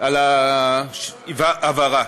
על ההבהרה.